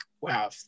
wow